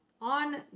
on